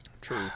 true